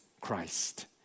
Christ